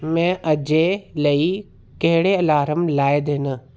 में अज्जै लेई केह्ड़े अलार्म लाए दे न